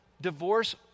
divorce